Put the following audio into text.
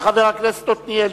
של חבר הכנסת עתניאל